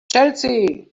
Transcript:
chelsea